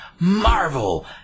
Marvel